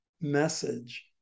message